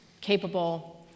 capable